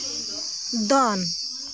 ᱫᱚᱱ